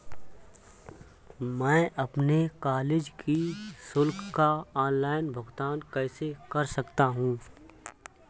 मैं अपने कॉलेज की शुल्क का ऑनलाइन भुगतान कैसे कर सकता हूँ?